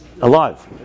Alive